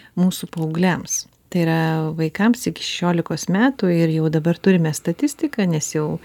mūsų paaugliams tai yra vaikams iki šešiolikos metų ir jau dabar turime statistiką nes jau